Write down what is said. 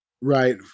right